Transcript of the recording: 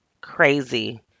Crazy